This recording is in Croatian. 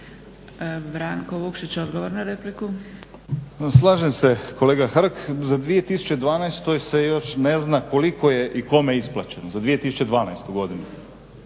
laburisti - Stranka rada)** Slažem se kolega Hrg, za 2012.se još ne zna koliko je i kome isplaćeno za 2012.godinu,